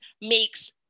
makes